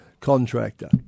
contractor